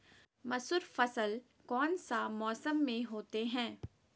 मसूर फसल कौन सा मौसम में होते हैं?